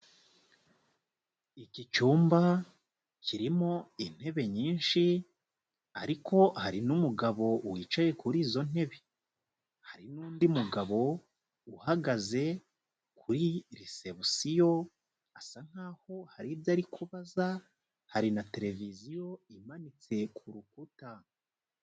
Iki cyumba kirimo intebe nyinshi ariko hari n'umugabo wicaye kuri izo ntebe. Hari n'undi mugabo uhagaze kuri reception, asa nk'aho hari ibyo ari kubaza, hari na tereviziyo imanitse ku rukuta.